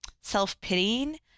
self-pitying